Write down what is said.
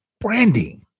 branding